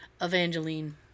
Evangeline